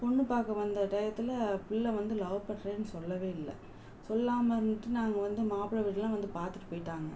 பொண்ணு பார்க்க வந்த டையத்தில் பிள்ள வந்து லவ் பண்ணுறேன் சொல்லவே இல்லை சொல்லாமல் இருந்துட்டு நாங்கள் வந்து மாப்பிள வீடெல்லாம் வந்து பார்த்துட்டு போயிட்டாங்கள்